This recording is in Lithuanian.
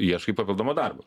ieškai papildomo darbo